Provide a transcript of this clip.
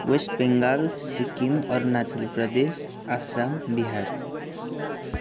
West Bengal Sikkim Arunachal Pradesh Assam Bihar